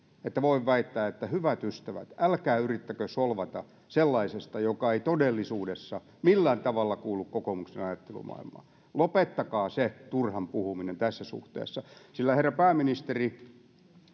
että voin väittää että hyvät ystävät älkää yrittäkö solvata sellaisesta joka ei todellisuudessa millään tavalla kuulu kokoomuksen ajattelumaailmaan lopettakaa se turhan puhuminen tässä suhteessa sillä herra pääministeri